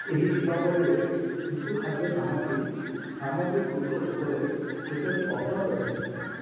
ଏହି ଦୀପାବଳିରେ ଶିଶୁ ଖାଦ୍ୟ ସାମଗ୍ରୀ ସାମଗ୍ରୀଗୁଡ଼ିକ ଉପରେ କେତୋଟି ଅଫର୍ ରହିଛି